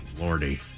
Lordy